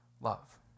love